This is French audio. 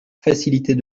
facilités